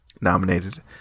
nominated